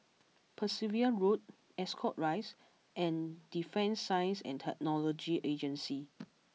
Percival Road Ascot Rise and Defence Science and Technology Agency